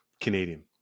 Canadian